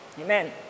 Amen